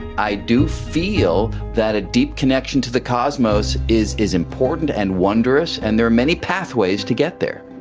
i do feel that a deep connection to the cosmos is is important and wondrous and there are many pathways to get there.